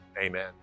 amen